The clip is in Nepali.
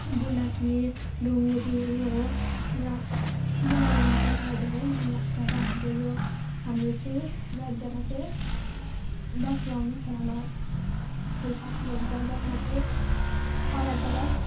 बुलाकी ढुङ्ग्रीहरू हो र यो लगाउनु चाहिँ मलाई धेरै मनलाग्छ र हाम्रो यो हाम्रो चाहिँ राज्यमा चाहिँ दसैँ आउने खेरमा फुलपाती हुन्छ जसमा चाहिँ अलग अलग